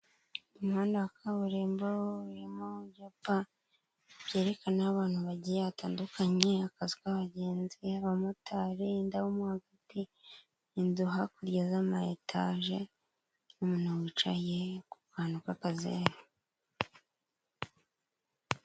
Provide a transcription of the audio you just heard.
Umuhanda wa kaburimbo urimo ibyapa byerekana aho abantu bagiye hatandukanye, akazu k'abagenzi abamotari, indabo mo hagati inzu, hakurya z'ama etage n'umuntu wicaye ku kantu k'akazeru.